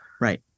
right